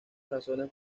razones